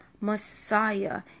Messiah